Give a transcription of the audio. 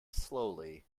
slowly